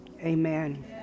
Amen